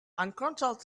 uncontrolled